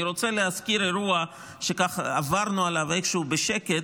אני רוצה להזכיר אירוע שככה עברנו עליו איכשהו בשקט,